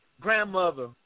grandmother